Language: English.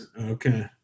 Okay